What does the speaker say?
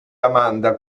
amanda